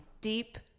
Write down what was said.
deep